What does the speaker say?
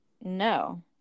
No